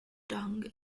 tongue